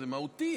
זה מהותי,